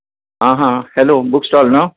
आं हां hello book stall न्हू